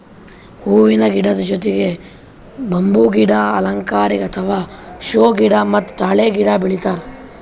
ಹೂವಿನ ಗಿಡದ್ ಜೊತಿಗ್ ಬಂಬೂ ಗಿಡ, ಅಲಂಕಾರಿಕ್ ಅಥವಾ ಷೋ ಗಿಡ ಮತ್ತ್ ತಾಳೆ ಗಿಡ ಬೆಳಿತಾರ್